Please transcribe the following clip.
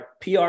PR